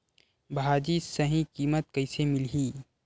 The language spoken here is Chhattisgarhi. भाजी सही कीमत कइसे मिलही?